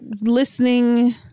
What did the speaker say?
listening